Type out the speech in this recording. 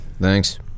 Thanks